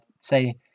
say